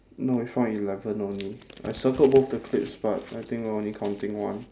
no we found eleven only I circled both the clips but I think we're only counting one